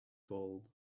gold